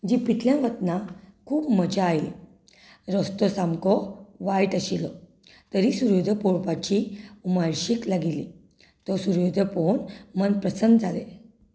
जिपींतल्यान वतना खूब मजा आयली रस्तो सामको वायट आशिल्लो तरी सुर्योदय पळोवपाची उमळशीक लागिल्ली तो सुर्योदय पळोवन मन प्रसन्न जालें